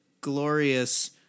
glorious